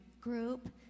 group